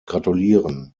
gratulieren